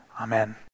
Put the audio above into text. Amen